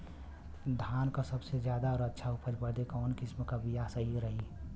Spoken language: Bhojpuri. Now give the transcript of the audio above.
धान क सबसे ज्यादा और अच्छा उपज बदे कवन किसीम क बिया सही रही?